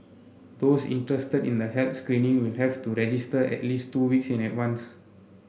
those interested in the health screening will have to register at least two weeks in advance